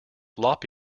lop